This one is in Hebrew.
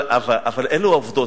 אבל אלו העובדות.